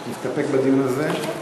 נסתפק בדיון הזה?